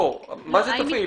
לא, מה זה "תפעיל"?